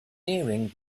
nearing